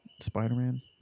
spider-man